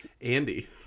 Andy